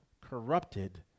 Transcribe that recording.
corrupted